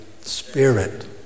Spirit